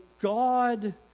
God